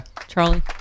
Charlie